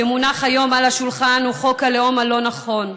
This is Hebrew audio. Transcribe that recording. שמונח היום על השולחן, הוא חוק הלאום הלא-נכון,